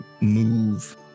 move